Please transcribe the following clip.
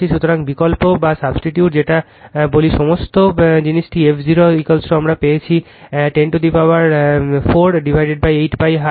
সুতরাং বিকল্প বা সাবস্টিটিউট যেটা বলি এই সমস্ত জিনিসটি f0আমরা পেয়েছি 10 টু দা পাওয়ার 48π হার্টজ